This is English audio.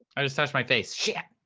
i just touched my face. shit!